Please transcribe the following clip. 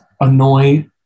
annoy